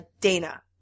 Dana